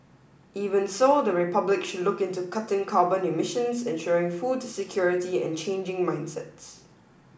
even so the Republic should look into cutting carbon emissions ensuring food security and changing mindsets